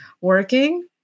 working